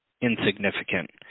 insignificant